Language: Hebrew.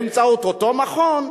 באמצעות אותו מכון,